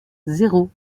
zéro